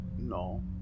No